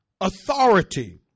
authority